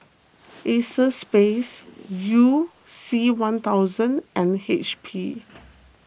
Acexspades you C one thousand and H P